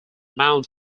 mount